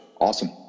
Awesome